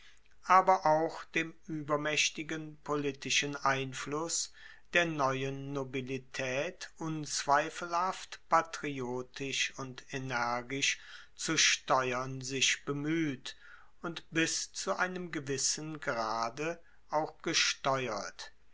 aber auch dem uebermaechtigen politischen einfluss der neuen nobilitaet unzweifelhaft patriotisch und energisch zu steuern sich bemueht und bis zu einem gewissen grade auch gesteuert